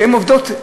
כשהן עובדות,